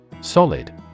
Solid